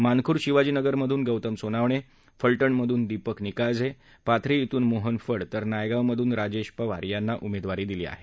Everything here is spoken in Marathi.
मानखुर्द शिवाजीनगरमधून गौतम सोनवणे फला प्रामधून दीपक निकाळजे पाथरी ध्रून मोहन फड तर नायगाव मधून राजेश पवार यांना उमेदवारी दिली आहे